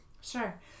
Sure